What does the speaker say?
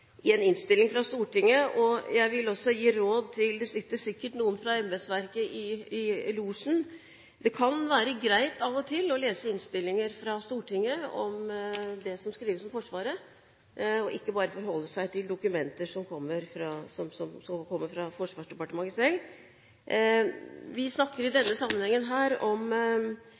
i en innstilling fra Stortinget. Jeg vil gi det råd til embetsverket – det er sikkert noen derfra i losjen – at det kan være greit av og til å lese innstillinger fra Stortinget om det som skrives om Forsvaret, og ikke bare forholde seg til dokumenter som kommer fra Forsvarsdepartementet selv. Vi snakker i denne sammenhengen om